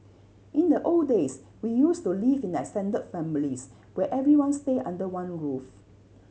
in the old days we used to live in extended families where everyone stayed under one roof